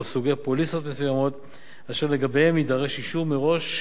סוגי פוליסות מסוימים אשר לגביהם יידרש אישור מראש,